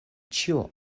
ĉio